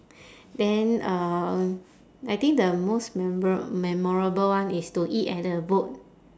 then uh I think the most memor~ memorable one is to eat at the boat